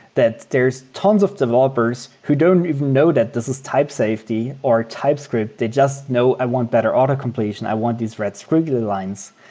that there's tons of developers who don't even know that this is type safety or typescript. they just know i want better auto completion. i want these red squiggly lines.